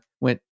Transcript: went